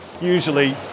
usually